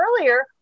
earlier